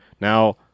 Now